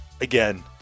again